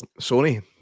Sony